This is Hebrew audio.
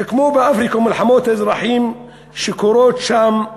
זה כמו באפריקה ומלחמות האזרחים שקורות שם.